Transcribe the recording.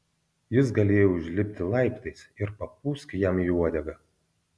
jis galėjo užlipti laiptais ir papūsk jam į uodegą